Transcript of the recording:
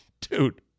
Dude